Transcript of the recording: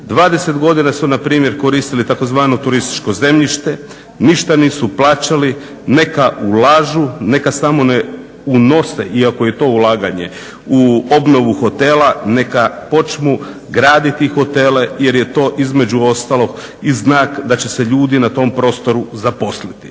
20 godina su na primjer koristili tzv. turističko zemljište, ništa nisu plaćali, neka ulažu, neka samo ne unose iako je to ulaganje u obnovu hotela, neka počnu graditi hotele jer je to između ostalog i znak da će se ljudi na tom prostoru zaposliti.